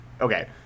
Okay